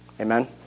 Amen